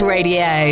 Radio